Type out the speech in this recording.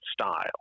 style